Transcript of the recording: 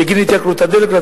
בגין התייקרות הדלק.